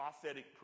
prophetic